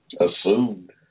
assumed